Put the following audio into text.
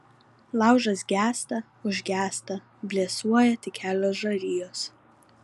laužas gęsta užgęsta blėsuoja tik kelios žarijos